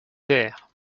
terres